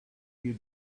you